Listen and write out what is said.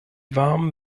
warm